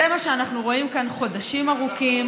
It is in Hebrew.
זה מה שאנחנו רואים כאן חודשים ארוכים.